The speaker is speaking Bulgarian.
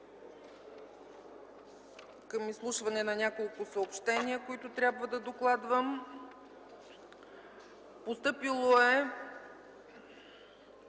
към изслушване на няколко съобщения, които трябва да докладвам. Постъпило е